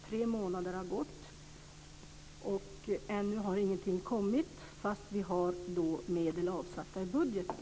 Tre månader har gått, och ännu har ingenting kommit trots att det finns medel avsatta i budgeten.